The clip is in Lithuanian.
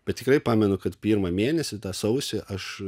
bet tikrai pamenu kad pirmą mėnesį tą sausį aš